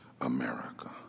America